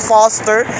Foster